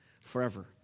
forever